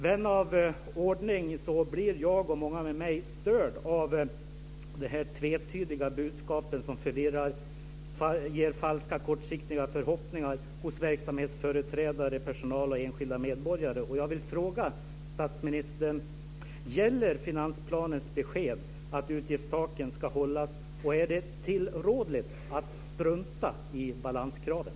Vän av ordning blir jag, och många med mig, störd av de här tvetydiga budskapen, som förvirrar, ger falska kortsiktiga förhoppningar hos verksamhetsföreträdare, personal och enskilda medborgare. Och jag vill fråga statsministern: Gäller finansplanens besked om att utgiftstaken ska hållas, och är det tillrådligt att strunta i balanskraven?